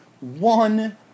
One